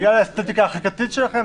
בגלל האסתטיקה החקיקתית שלכם,